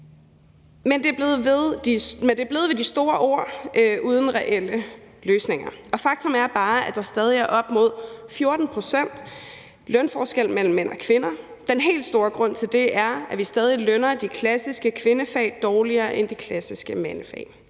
men det er blevet ved de store ord uden reelle løsninger. Og faktum er bare, at der stadig er op mod 14 pct.s lønforskel mellem mænd og kvinder. Den helt store grund til det er, at vi stadig lønner de klassiske kvindefag dårligere end de klassiske mandefag.